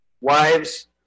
Wives